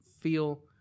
feel